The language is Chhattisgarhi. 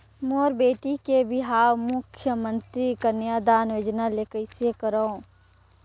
मोर बेटी के बिहाव मुख्यमंतरी कन्यादान योजना ले कइसे करव?